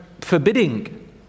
forbidding